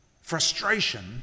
frustration